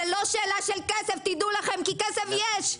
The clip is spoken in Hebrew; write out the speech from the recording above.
זו לא שאלה של כסף, תדעו לכם, כי כסף יש.